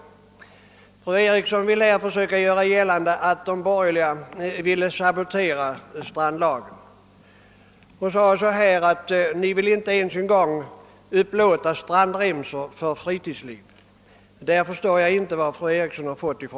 Fru Eriksson försöker här göra gällande att de borgerliga ville sabotera strandlagen, och hon sade att vi inte ens ville upplåta strandremsor för friluftsliv; men jag förstår inte varifrån hon har fått detta.